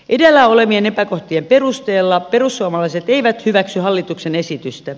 edellä olevien epäkohtien perusteella perussuomalaiset eivät hyväksy hallituksen esitystä